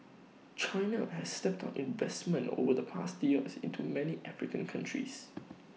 China has stepped up investment over the past years into many African countries